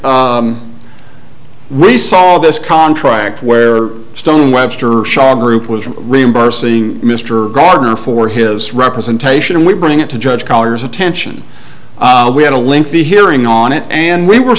we saw this contract where stone webster shaw group was reimbursing mr gardner for his representation and we bring it to judge collars attention we had a lengthy hearing on it and we were